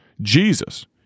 Jesus